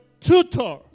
tutor